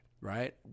Right